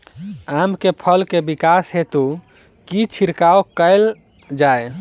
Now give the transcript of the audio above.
आम केँ फल केँ विकास हेतु की छिड़काव कैल जाए?